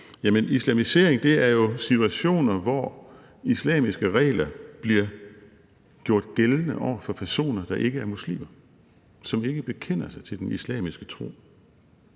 Islamisering er jo situationer, hvor islamiske regler bliver gjort gældende over for personer, der ikke er muslimer, og som ikke bekender sig til den islamiske tro.